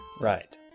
Right